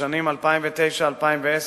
בשנים 2009 2010